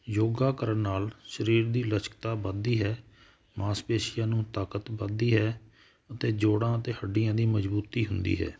ਯੋਗਾ ਕਰਨ ਨਾਲ ਸਰੀਰ ਦੀ ਲਚਕਤਾ ਵੱਧਦੀ ਹੈ ਮਾਸਪੇਸ਼ੀਆਂ ਨੂੰ ਤਾਕਤ ਵੱਧਦੀ ਹੈ ਅਤੇ ਜੋੜਾਂ ਅਤੇ ਹੱਡੀਆਂ ਦੀ ਮਜ਼ਬੂਤੀ ਹੁੰਦੀ ਹੈ